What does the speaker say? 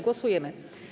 Głosujemy.